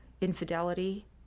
infidelity